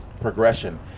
progression